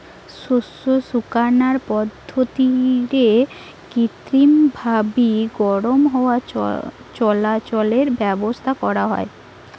শস্য শুকানার পদ্ধতিরে কৃত্রিমভাবি গরম হাওয়া চলাচলের ব্যাবস্থা করা হয়